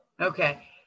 Okay